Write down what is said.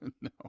no